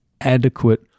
adequate